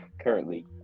currently